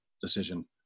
decision